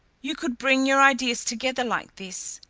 you could bring your ideas together like this,